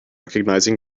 recognizing